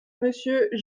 monsieur